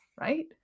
right